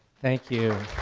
thank you.